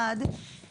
הדבר הראשון,